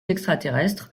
extraterrestres